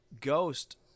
ghost